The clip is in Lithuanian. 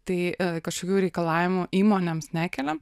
tai kažkokių reikalavimų įmonėms nekeliam